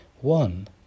one